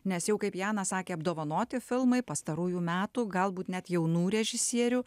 nes jau kaip janas sakė apdovanoti filmai pastarųjų metų galbūt net jaunų režisierių